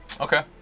Okay